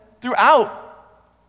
throughout